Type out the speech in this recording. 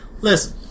Listen